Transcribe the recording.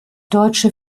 deutsche